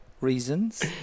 reasons